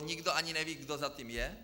Nikdo ani neví, kdo za tím je.